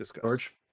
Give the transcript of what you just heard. George